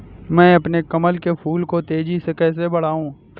मैं अपने कमल के फूल को तेजी से कैसे बढाऊं?